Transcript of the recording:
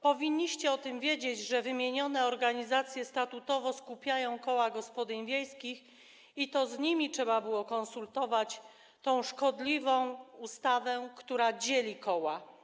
Powinniście wiedzieć o tym, że wymienione organizacje statutowo skupiają koła gospodyń wiejskich i to z nimi trzeba było konsultować tę szkodliwą ustawę, która dzieli koła.